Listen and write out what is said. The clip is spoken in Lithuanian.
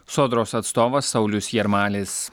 sodros atstovas saulius jarmalis